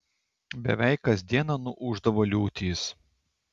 beveik kas dieną nuūždavo liūtys